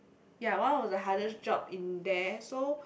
ya one of the hardest job in there so